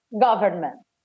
Government